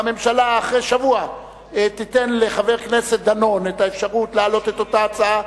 והממשלה אחרי שבוע תיתן לחבר כנסת דנון את האפשרות להעלות את אותה הצעה,